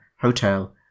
hotel